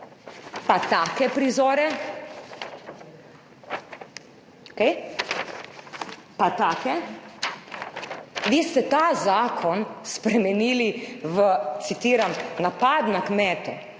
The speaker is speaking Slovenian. Pa take prizore. Okej? Pa take. Vi ste ta zakon spremenili v, citiram, »napad na kmete«.